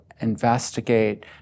investigate